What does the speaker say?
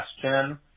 question